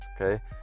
Okay